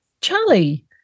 Charlie